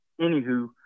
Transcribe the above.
anywho